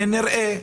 נראה,